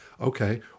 okay